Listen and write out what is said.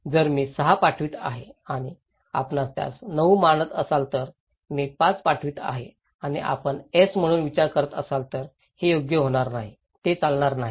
जर मी 6 पाठवित आहे आणि आपण त्यास 9 मानत असाल तर मी 5 पाठवत आहे आणि आपण S म्हणून विचार करत असाल तर ते योग्य होणार नाही ते चालणार नाही